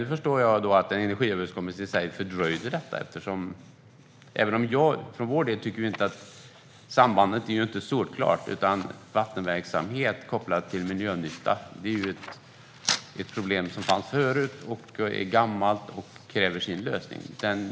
Nu förstår jag att energiöverenskommelsen i sig fördröjde detta, även om jag för vår del inte tycker att sambandet är solklart. Vattenverksamhet kopplad till miljönytta är ett problem som fanns förut. Det är gammalt och kräver sin lösning.